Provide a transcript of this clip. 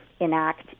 enact